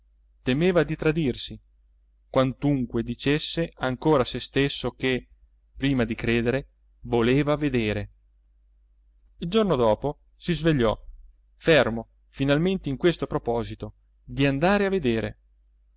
temeva di tradirsi quantunque dicesse ancora a se stesso che prima di credere voleva vedere il giorno dopo si svegliò fermo finalmente in questo proposito di andare a vedere